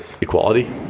Equality